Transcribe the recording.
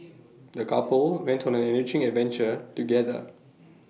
the couple went on an enriching adventure together